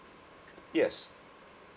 yes